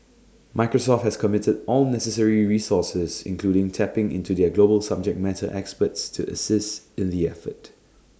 Microsoft has committed all necessary resources including tapping into their global subject matter experts to assist in the effort